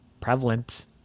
prevalent